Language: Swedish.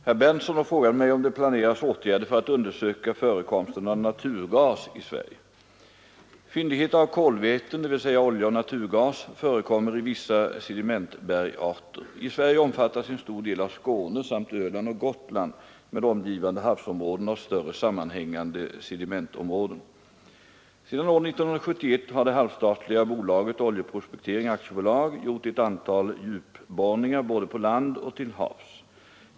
Herr talman! Herr Berndtson har frågat mig om det planeras åtgärder för att undersöka förekomsten av naturgas i Sverige. Fyndigheter av kolväten — dvs. olja och naturgas — förekommer i vissa sedimentbergarter. I Sverige omfattas en stor del av Skåne samt Öland och Gotland med omgivande havsområden av större sammanhängande sedimentområden. Sedan år 1971 har det halvstatliga bolaget Oljeprospektering AB gjort ett antal djupborrningar både på land och till havs.